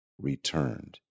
returned